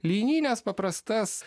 linines paprastas